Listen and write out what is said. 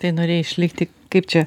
tai norėjai išlikti kaip čia